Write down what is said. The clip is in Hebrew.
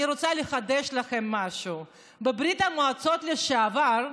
אני רוצה לחדש לכם משהו: בברית המועצות לשעבר,